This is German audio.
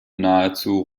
nahezu